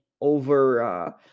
over